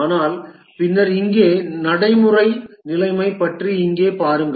ஆனால் பின்னர் இங்கே நடைமுறை நிலைமை பற்றி இங்கே பாருங்கள்